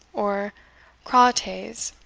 or craw-taes,